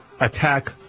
attack